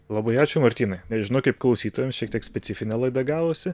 labai ačiū martynai nežinau kaip klausytojams šiek tiek specifinė laida gavosi